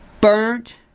Burnt